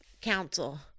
council